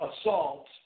assault